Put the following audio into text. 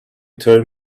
turn